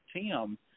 Tim